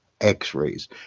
x-rays